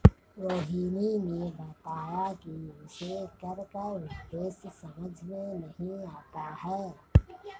रोहिणी ने बताया कि उसे कर का उद्देश्य समझ में नहीं आता है